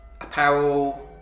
apparel